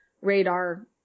radar